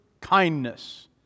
kindness